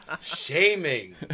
shaming